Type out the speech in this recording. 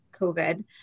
COVID